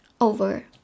over